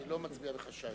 אני לא מצביע בחשאי.